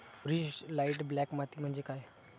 मूरिश light black माती म्हणजे काय?